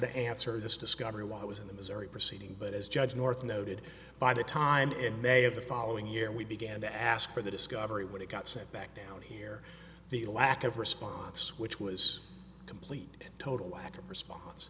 to answer this discovery while i was in the missouri proceeding but as judge north noted by the time in may of the following year we began to ask for the discovery when it got sent back down here the the lack of response which was complete and total lack of response